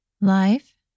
Life